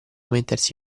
mettersi